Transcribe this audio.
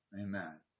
Amen